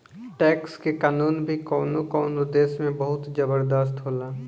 tax के कानून भी कवनो कवनो देश में बहुत जबरदस्त होला